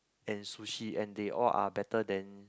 and sushi and they all are better than